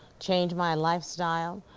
changed my lifestyle,